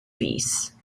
piece